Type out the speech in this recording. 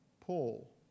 Paul